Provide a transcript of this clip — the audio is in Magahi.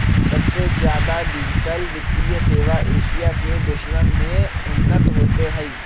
सबसे ज्यादा डिजिटल वित्तीय सेवा एशिया के देशवन में उन्नत होते हई